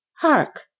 hark